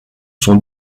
sont